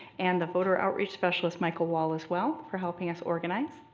and the voter outreach specialist michael wall as well for helping us organize.